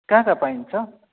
कहाँ कहाँ पाइन्छ